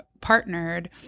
partnered